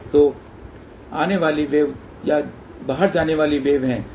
तो आने वाली वेव या बाहर जाने वाली वेव हैं